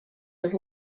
have